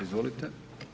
Izvolite.